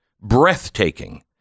breathtaking